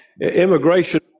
immigration